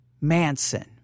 Manson